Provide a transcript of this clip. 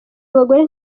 abagore